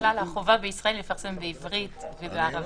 החובה בישראל היא לפרסם בעברית ובערבית,